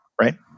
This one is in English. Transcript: right